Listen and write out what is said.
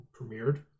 premiered